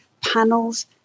panels